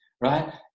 right